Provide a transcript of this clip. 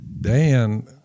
Dan –